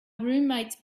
roommate’s